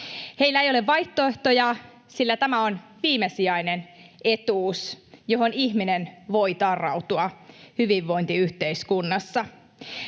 Heillä ei ole vaihtoehtoja, sillä tämä on viimesijainen etuus, johon ihminen voi tarrautua hyvinvointiyhteiskunnassa.